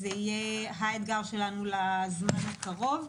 זה יהיה האתגר שלנו לזמן הקרוב.